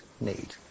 need